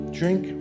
drink